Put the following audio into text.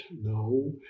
No